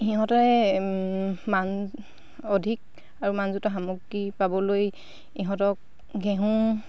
সিহঁতে মান অধিক আৰু সামগ্ৰী পাবলৈ ইহঁতক ঘেঁহু